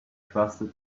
trusted